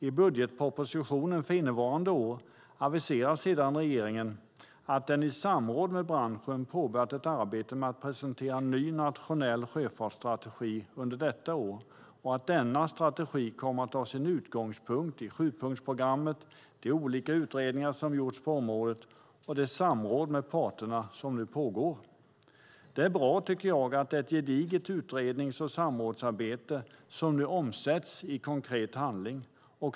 I budgetpropositionen för innevarande år aviserade regeringen att den i samråd med branschen hade påbörjat ett arbete med att presentera en ny nationell sjöfartsstrategi under detta år och att denna strategi kommer att ha sin utgångspunkt i sjupunktsprogrammet, de olika utredningar som gjorts på området och det samråd med parterna som nu pågår. Jag tycker att det är bra att ett gediget utrednings och samrådsarbete nu omsätts i konkret handling.